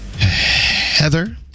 Heather